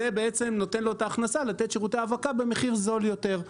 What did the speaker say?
זה בעצם נותן לו את ההכנסה לתת שירותי האבקה במחיר זול יותר.